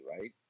right